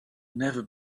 never